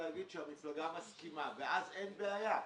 יגיד שהמפלגה מסכימה ואז אין בעיה.